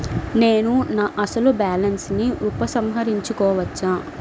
నేను నా అసలు బాలన్స్ ని ఉపసంహరించుకోవచ్చా?